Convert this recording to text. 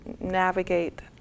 navigate